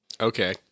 Okay